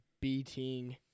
beating